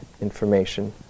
information